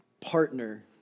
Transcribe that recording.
partner